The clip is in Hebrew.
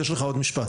יש לך עוד משפט,